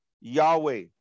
Yahweh